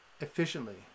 efficiently